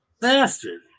bastard